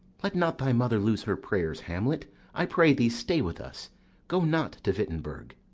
let not thy mother lose her prayers, hamlet i pray thee stay with us go not to wittenberg.